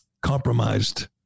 compromised